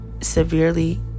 severely